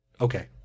okay